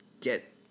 get